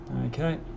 Okay